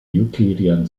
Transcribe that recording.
euclidean